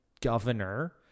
governor